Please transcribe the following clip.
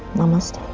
namaste.